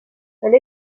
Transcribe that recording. elle